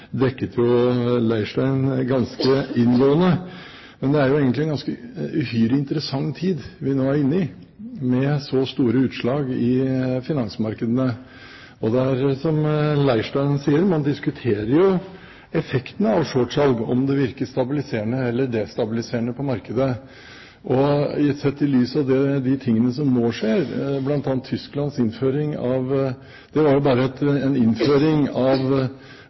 Leirstein ganske inngående, men det er jo egentlig en uhyre interessant tid vi nå er inne i, med så store utslag i finansmarkedene. Og som Leirstein sier, man diskuterer jo effektene av shortsalg, om det virker stabiliserende eller destabiliserende på markedene. Ser vi bl.a. på Tysklands innføring av forbud mot udekket shortsalg, så vidt jeg vet – som det egentlig nå er ganske stor enighet om her – skapte jo